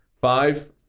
Five